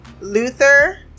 luther